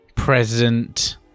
Present